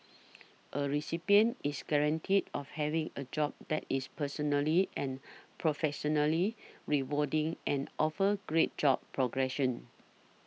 a recipient is guaranteed of having a job that is personally and professionally rewarding and offers great job progression